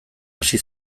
hasi